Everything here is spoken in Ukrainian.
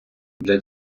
для